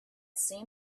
seen